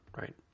right